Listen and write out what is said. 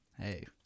hey